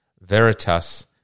veritas